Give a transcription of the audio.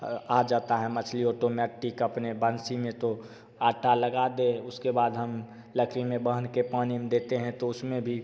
और आ जाता है मछली ऑटोमेटीक अपने बंसी में तो लगा दे उसके बाद हम में के पानी में देते हैं तो उसमें भी